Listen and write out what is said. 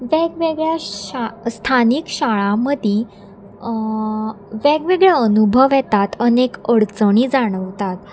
वेगवेगळ्या शा स्थानीक शाळा मदीं वेगवेगळे अनुभव येतात अनेक अडचणी जाणवतात